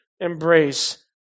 embrace